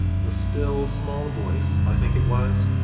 the still small voice i think it was,